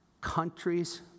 countries